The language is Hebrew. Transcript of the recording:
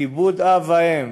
כיבוד אב ואם,